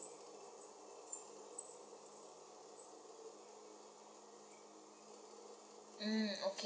mm okay